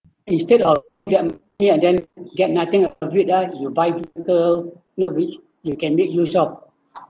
instead of and then get nothing out of it ah you buy liquor permit you can make use of